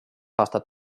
aastat